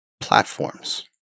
platforms